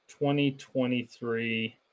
2023